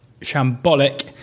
shambolic